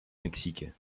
mexique